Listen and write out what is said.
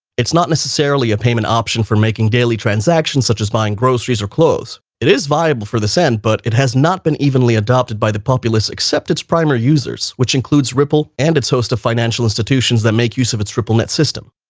it's not necessarily a payment option for making daily transactions, such as buying groceries or clothes. it is viable for this end, but it has not been evenly adopted by the populace except its primary users, which includes repl and its host of financial institutions that make use of its triple net system.